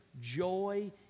joy